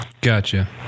gotcha